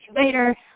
later